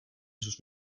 sus